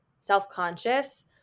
self-conscious